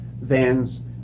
vans